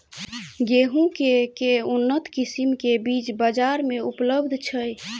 गेंहूँ केँ के उन्नत किसिम केँ बीज बजार मे उपलब्ध छैय?